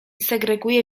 segreguję